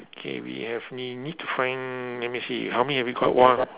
okay we have we need to find let me see how many have we caught !wah!